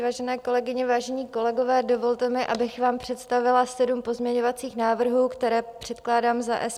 Vážené kolegyně, vážení kolegové, dovolte mi, abych vám představila sedm pozměňovacích návrhů, které předkládám za SPD.